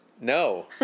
No